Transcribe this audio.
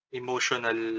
emotional